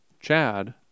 Chad